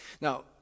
Now